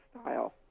style